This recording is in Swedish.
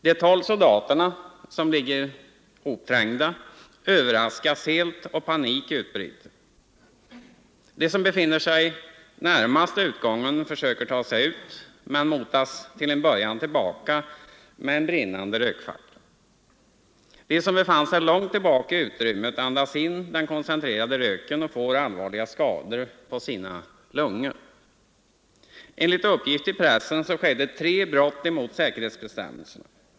De tolv soldaterna, som ligger hopträngda, överraskas helt och panik utbryter. De som befinner sig närmast utgången försöker ta sig ut men motas till en början tillbaka med en brinnande rökfackla. De som befinner sig längre in i utrymmet andas in den koncentrerade röken och får allvarliga skador på sina lungor. Enligt uppgift i pressen skedde tre brott mot säkerhetsbestämmelserna: 1.